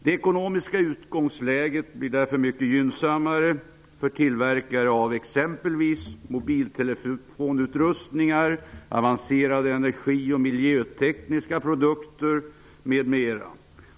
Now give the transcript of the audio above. Det ekonomiska utgångsläget blir därför mycket gynnsammare för tillverkare av exempelvis mobiltelefonutrustningar, avancerade energi och miljötekniska produkter m.m.